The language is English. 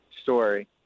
story